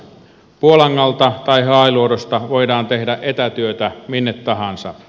puolangalta tai hailuodosta voidaan tehdä etätyötä minne tahansa